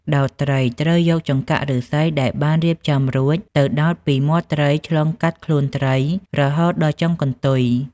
ដោតត្រី ត្រូវយកចង្កាក់ឫស្សីដែលបានរៀបចំរួចទៅដោតពីមាត់ត្រីឆ្លងកាត់ខ្លួនត្រី រហូតដល់ចុងកន្ទុយ។